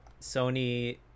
Sony